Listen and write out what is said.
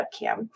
webcam